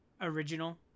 original